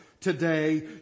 today